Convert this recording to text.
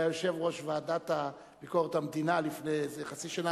יושב-ראש ועדת ביקורת המדינה לפני איזה חצי שנה,